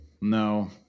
No